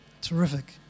Terrific